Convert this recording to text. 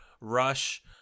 Rush